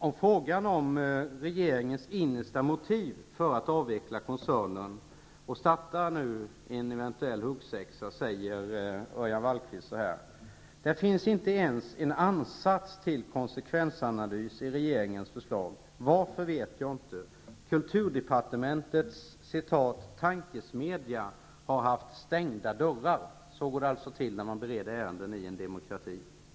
På frågan om regeringens innersta motiv för att avveckla koncernen och starta en eventuell huggsexa säger Örjan Wallqvist: ''Det finns inte ens en ansats till konsekvensanalys i regeringens förslag. Varför vet jag inte. Kulturdepartementets ''tankesmedja' har haft stängda dörrar.'' Så går det alltså till när man bereder ärenden i en demokrati.